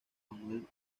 manuel